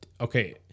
okay